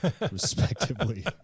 respectively